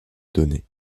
donnée